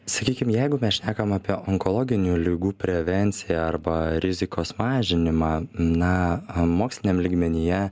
sakykim jeigu mes šnekam apie onkologinių ligų prevenciją arba rizikos mažinimą na moksliniam lygmenyje